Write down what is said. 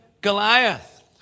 Goliath